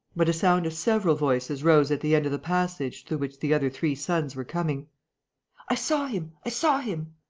but a sound of several voices rose at the end of the passage through which the other three sons were coming i saw him! i saw him!